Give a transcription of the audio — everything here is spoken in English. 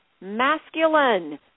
masculine